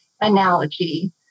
analogy